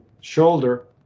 shoulder